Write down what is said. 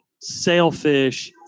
sailfish